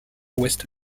ouest